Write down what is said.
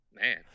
Man